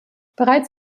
bereits